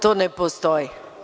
To ne postoji.